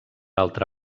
altra